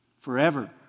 Forever